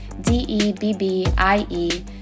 d-e-b-b-i-e